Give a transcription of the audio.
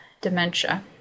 dementia